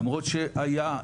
למרות שהיה,